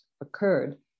occurred